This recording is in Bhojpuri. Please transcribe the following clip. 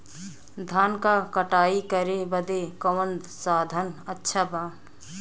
धान क कटाई करे बदे कवन साधन अच्छा बा?